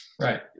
Right